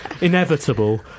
inevitable